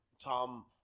Tom